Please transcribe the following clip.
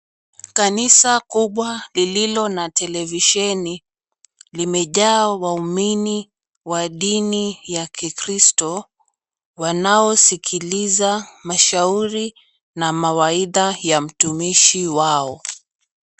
Kanisa kubwa lililo na televisheni limejaa waumini wa dini ya kikristo wanao sikiliza mashauri na mawaidha ya mtumishi wao.